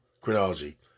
chronology